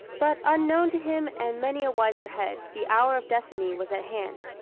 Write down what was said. but unknown to him and many a wiser head, the hour of destiny was at hand.